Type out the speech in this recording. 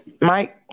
Mike